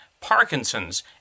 Parkinson's